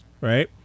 Right